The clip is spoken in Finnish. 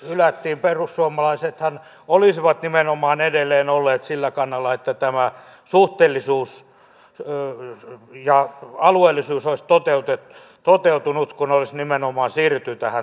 perussuomalaisethan olisivat nimenomaan edelleen olleet sillä kannalla että tämä suhteellisuus ja alueellisuus olisivat toteutuneet kun olisi nimenomaan siirrytty tähän tasauspaikkajärjestelmään